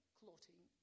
clotting